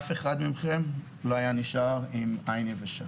אף אחד מכם לא היה נשאר עם עין יבשה.